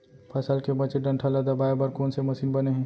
फसल के बचे डंठल ल दबाये बर कोन से मशीन बने हे?